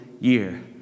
year